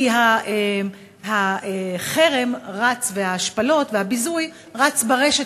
כי החרם ההשפלות והביזוי רצים ברשת